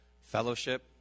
fellowship